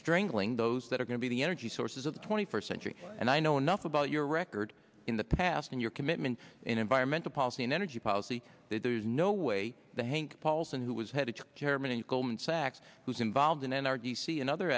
strangling those that are going to be the energy sources of the twenty first century and i know enough about your record in the past in your commitment in environmental policy in energy policy that there's no way the hank paulson who was head of chairman of goldman sachs who's involved in n r d c and other